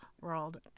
world